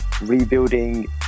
rebuilding